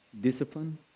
discipline